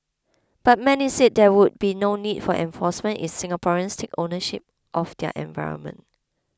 but many said there would be no need for enforcement if Singaporeans take ownership of their environment